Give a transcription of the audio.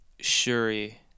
Shuri